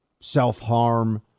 self-harm